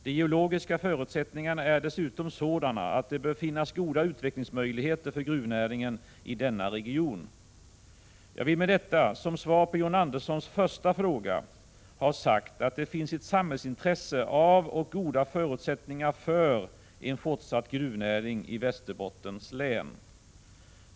De geologiska förutsättningarna är dessutom sådana att det bör finnas goda utvecklingsmöjligheter för gruvnäringen i denna region. Jag vill med detta, som svar på John Anderssons första fråga, ha sagt att det finns ett samhällsintresse av och goda förutsättningar för en fortsatt gruvnäring i Västerbottens län.